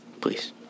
Please